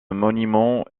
monument